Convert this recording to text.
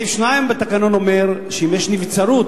סעיף 128(ב)(2) בתקנון אומר שאם יש נבצרות,